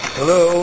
Hello